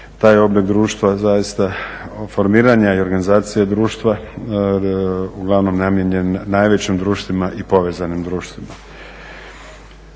taj oblik društva zaista formiranja i organizacije društva uglavnom namijenjen najvećim društvima i povezanim društvima.